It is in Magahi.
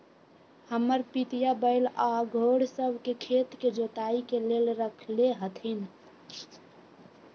हमर पितिया बैल आऽ घोड़ सभ के खेत के जोताइ के लेल रखले हथिन्ह